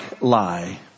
lie